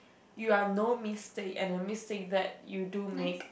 you are no mistake and the mistake that you do make